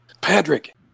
Patrick